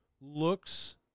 looks